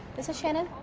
this is shannon.